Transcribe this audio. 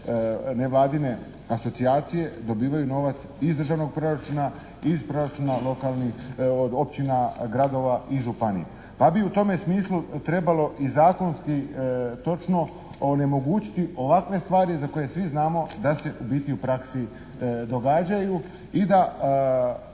nevladine asocijacije dobivaju novac iz državnog proračuna i iz proračuna lokalnih, od općina, gradova i županija pa bi u tome smislu trebalo i zakonski točno onemogućiti ovakve stvari za koje svi znamo da se u biti u praksi događaju i da